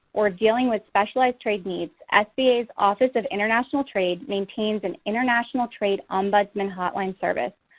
or dealing with specialized trade needs, ah sba's office of international trade maintains an international trade um but and hotline service.